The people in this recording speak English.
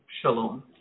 Shalom